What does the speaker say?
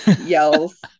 yells